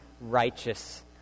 righteous